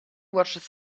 watches